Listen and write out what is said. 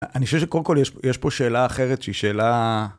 אני חושב שקודם כל יש פה, יש פה, שאלה אחרת שהיא שאלה...